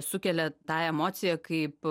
sukelia tą emociją kaip